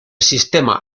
sistema